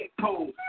cold